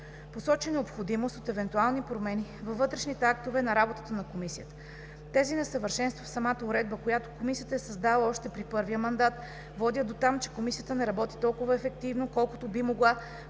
Посочи необходимостта от евентуални промени във вътрешните актове за работата на Комисията. Тези несъвършенства в самата уредба, която Комисията е създала още при първия мандат, водят дотам, че Комисията не работи толкова ефективно, колкото би могла,